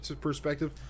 perspective